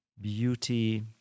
beauty